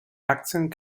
aktien